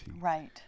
Right